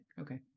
Okay